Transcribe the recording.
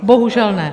Bohužel ne.